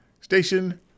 station